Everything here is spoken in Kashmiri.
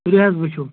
تُلِو حظ وٕچھِو